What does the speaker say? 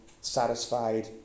satisfied